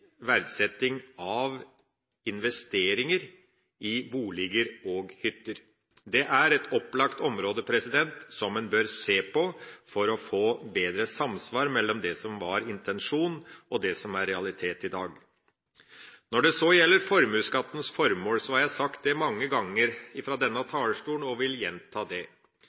verdsetting av investeringer i boliger og hytter. Det er opplagt et område som en bør se på, for å få bedre samsvar mellom det som var intensjonen, og det som er realitet i dag. Når det så gjelder formuesskattens formål, har jeg sagt mange ganger fra denne talerstolen og vil gjenta: Formuesskattens formål var en ekstra skatt på arbeidsfrie inntekter utover en viss størrelse. Det